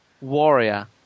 warrior